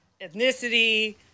ethnicity